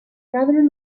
rather